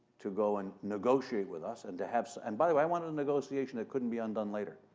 to go and negotiate with us and to have so and by the way, i wanted a negotiation that couldn't be undone later.